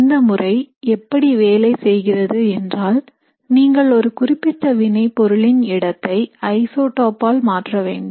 இந்த முறை எப்படி வேலை செய்கிறது என்றால் நீங்கள் ஒரு குறிப்பிட்ட வினைப் பொருளின் இடத்தை ஐசோடோபால் மாற்ற வேண்டும்